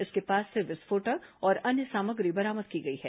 इसके पास से विस्फोटक और अन्य सामग्री बरामद की गई है